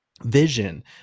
vision